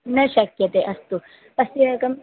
न शक्यते अस्तु अस्य एकम्